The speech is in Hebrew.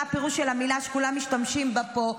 הפירוש של המילה שכולם משתמשים בה פה,